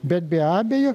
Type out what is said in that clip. bet be abejo